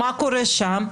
מה קורה שם?